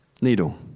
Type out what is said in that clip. Needle